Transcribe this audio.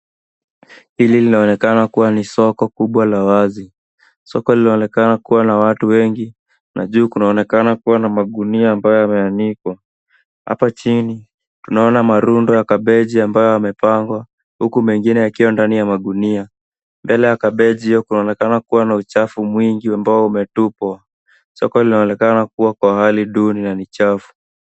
Hili linaonekana kuwa ni soko kubwa la wazi. Soko linaonekana kuwa na watu wengi, na juu kunaonekana kuwa na magunia ambayo yameanikwa. Hapo chini tunaona marundo ya kabeji ambayo yamepangwa, huku mengine yakiwa ndani ya magunia. Mbele ya kabeji kunaonekana kuwa na uchafu mwingi ambao umetupwa. Soko linaonekana kuwa kwa hali duni na ni chafu.